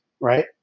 right